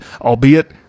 albeit